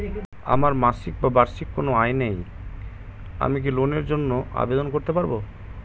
আমার মাসিক বা বার্ষিক কোন আয় নেই আমি কি লোনের জন্য আবেদন করতে পারব?